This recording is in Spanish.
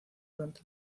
durante